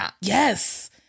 yes